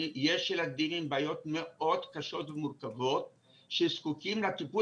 יש ילדים עם בעיות קשות מאוד ומורכבות שזקוקים לטיפול